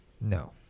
no